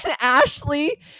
Ashley